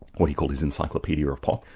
what he called his encyclopaedia of pop,